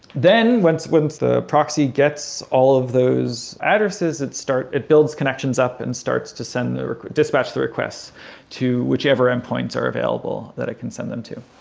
then once once the proxy gets all of those addresses at start, it builds connections up and starts to send or dispatch the requests to whichever endpoints are available that i can send them to.